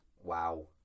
Wow